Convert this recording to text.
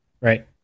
right